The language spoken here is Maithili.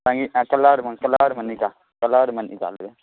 आ कलरमे कलरमे निकाल कलरमे निकालबै